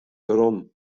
werom